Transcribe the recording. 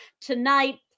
tonight